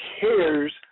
cares